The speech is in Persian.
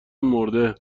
مرده